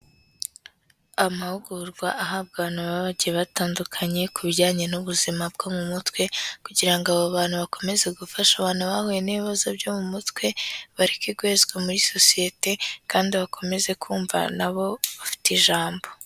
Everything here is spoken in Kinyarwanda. Amahugurwa ahabwa abantu baba bagiye batandukanye ku bijyanye n'ubuzima bwo mu mutwe kugira abo bantu bakomeze gufasha abantu bahuye n'ibibazo byo mu mutwe, bareke guhezwa muri sosiyete kandi bakomeze kumva nabo bafite ijambo.